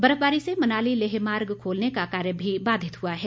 बर्फबारी से मनाली लेह मार्ग रवोलने का कार्य भी बाधित हुआ है